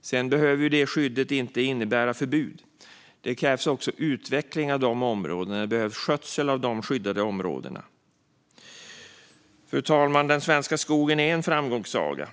Sedan behöver inte det skyddet innebära förbud. Det krävs också utveckling och skötsel av de skyddade områdena. Fru talman! Den svenska skogen är en framgångssaga.